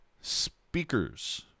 speakers